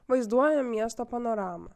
vaizduoja miesto panoramą